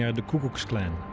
and the ku klux klan.